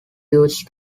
used